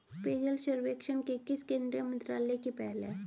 पेयजल सर्वेक्षण किस केंद्रीय मंत्रालय की पहल है?